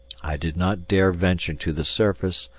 i did not dare venture to the surface,